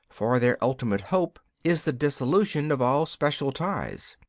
for their ultimate hope is the dissolution of all special ties.